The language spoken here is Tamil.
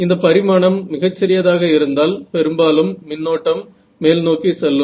இந்தப் பரிமாணம் மிகச் சிறியதாக இருந்தால் பெரும்பாலும் மின்னோட்டம் மேல்நோக்கி செல்லும்